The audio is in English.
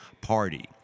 Party